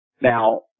Now